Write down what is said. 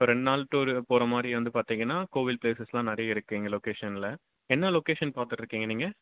இப்போ ரெண்டு நாள் டூரு போகிற மாதிரி வந்து பார்த்திங்கன்னா கோவில் ப்ளேஸஸ்லாம் நிறைய இருக்குது எங்கள் லொக்கேஷனில் என்ன லொக்கேஷன் பார்த்துட்ருக்கீங்க நீங்கள்